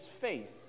faith